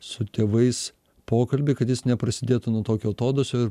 su tėvais pokalbį kad jis neprasidėtų nuo tokio atodūsio ir